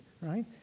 right